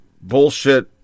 bullshit